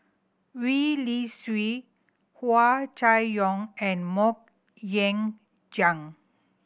Wee Li Sui Hua Chai Yong and Mok Ying Jang